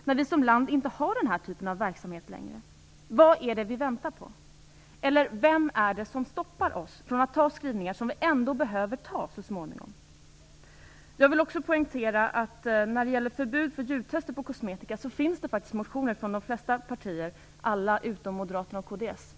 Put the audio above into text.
Som land har vi ju inte längre den här typen av verksamhet. Vad är det vi väntar på? Eller: Vem är det som stoppar oss när det gäller att anta de skrivningar som så småningom ändå behöver antas? När det gäller förbud mot djurtest av kosmetika finns det faktiskt motioner från flertalet partier. Undantag utgör Moderaterna och kds.